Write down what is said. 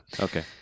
Okay